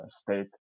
state